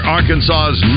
Arkansas's